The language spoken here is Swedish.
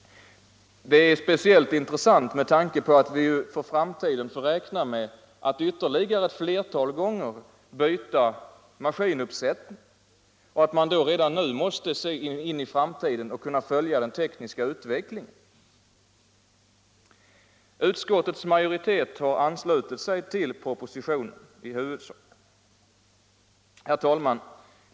Det är speciellt intressant med tanke på att vi för framtiden får räkna med att ytterligare flera gånger byta maskinuppsättning och att man redan nu måste se in i framtiden och kunna följa den tekniska utvecklingen. Utskottets majoritet har i huvudsak anslutit sig till propositionen. Nr 96 Herr talman!